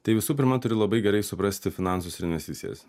tai visų pirma turi labai gerai suprasti finansus ir investicijas